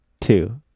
Two